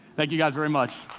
thank you guys very much.